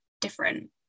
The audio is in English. different